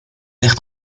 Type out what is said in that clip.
airs